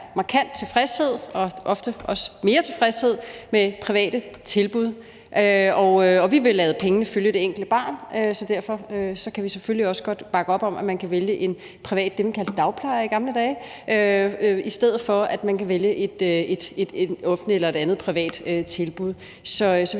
markant tilfredshed og ofte også mere tilfredshed med private tilbud. Og vi vil lade pengene følge det enkelte barn, så derfor kan vi selvfølgelig også godt bakke op om, at man kan vælge en privat dagplejer, som man kaldte det i gamle dage, i stedet for at man kan vælge et offentligt eller et andet privat tilbud. Så vi